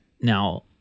now